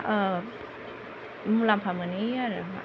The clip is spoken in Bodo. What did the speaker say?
मुलाम्फा मोनहैयो आरो